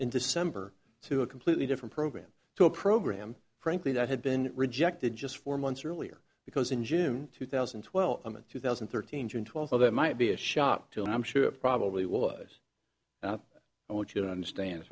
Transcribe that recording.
in december to a completely different program to a program frankly that had been rejected just four months earlier because in june two thousand and twelve two thousand and thirteen june twelfth of that might be a shock to and i'm sure it probably was i want you to understand as